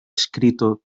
escrito